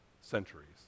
centuries